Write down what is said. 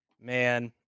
Man